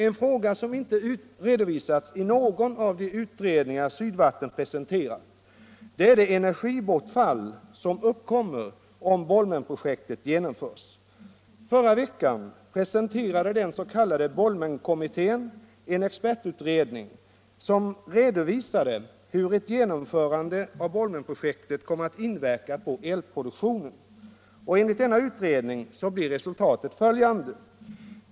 En sak som inte redovisats i någon av de utredningar Sydvatten presenterat är det energibortfall som uppkommer om Bolmenprojektet genomförs. Förra veckan presenterade den s.k. Bolmenkommittén en expertutredning där det redovisades hur ett genomförande av Bolmenprojektet kommer att inverka på elproduktionen. Enligt denna utredning blir resultatet följande.